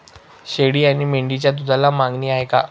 शेळी आणि मेंढीच्या दूधाला मागणी आहे का?